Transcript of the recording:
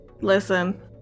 Listen